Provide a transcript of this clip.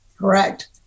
Correct